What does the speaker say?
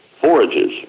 forages